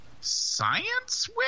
science